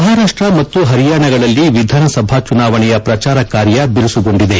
ಮಹಾರಾಷ್ಷ ಮತ್ತು ಪರಿಯಾಣಗಳಲ್ಲಿ ವಿಧಾನಸಭಾ ಚುನಾವಣೆಯ ಪ್ರಚಾರ ಕಾರ್ಯ ಬಿರುಸುಗೊಂಡಿದೆ